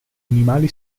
animali